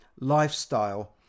lifestyle